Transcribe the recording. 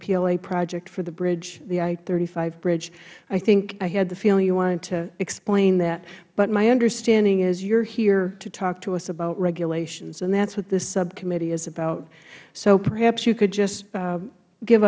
pla project for the bridge the i thirty five bridge i had the feeling you wanted to explain that but my understanding is you are here to talk to us about regulations and that is what this subcommittee is about so perhaps you could just give